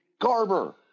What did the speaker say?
Garber